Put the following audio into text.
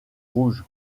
rouge